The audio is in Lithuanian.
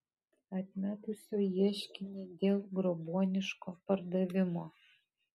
atmetusio ieškinį dėl grobuoniško pardavimo